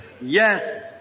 Yes